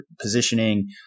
positioning